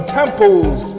temples